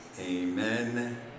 Amen